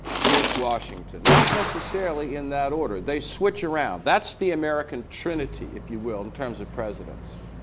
george washington, not necessarily in that order, they switch around. that's the american trinity, if you will, in terms of presidents.